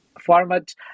Format